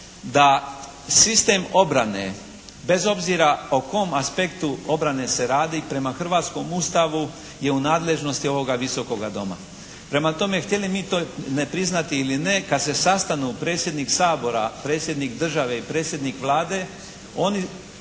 da sistem obrane bez obzira o kom aspektu obrane se radi prema hrvatskom Ustavu je u nadležnosti ovoga Visokoga doma. Prema tome htjeli mi to ne priznati ili ne kad se sastanu predsjednik Sabora, Predsjednik države i predsjednik Vlade oni